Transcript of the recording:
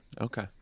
Okay